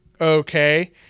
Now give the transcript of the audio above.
okay